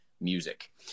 music